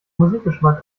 musikgeschmack